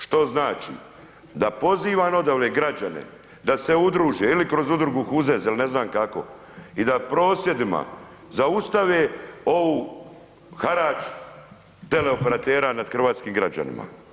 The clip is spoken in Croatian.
Što znači, da pozivam odavde građane, da se udruže, ili kroz udrugu … ili ne znam kako i da prosvjedima zaustave ovu harač, teleoperatera nad hrvatskim građanima.